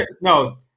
No